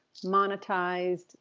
monetized